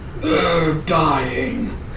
Dying